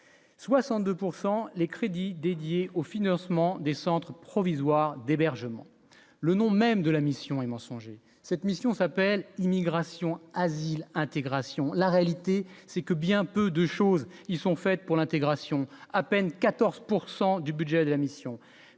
les crédits dédiés au financement des centres provisoires des berges ment le nom même de la mission et mensonger cette mission s'appelle Immigration, asile, intégration, la réalité c'est que bien peu de choses, ils sont faites pour l'intégration, à peine 14 pourcent du budget de la mission